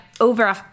over